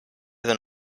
than